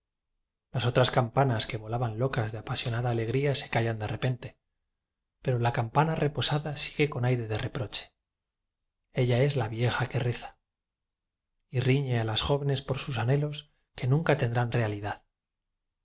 las otras campanas que volaban locas de apasionada alegría se callan de repente pero la campana re posada sigue con aire de reproche ella es la vieja que reza y riñe a las jóvenes por sus anhelos que nunca tendrán realidad